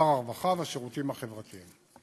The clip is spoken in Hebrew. שר הרווחה והשירותים החברתיים.